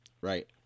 Right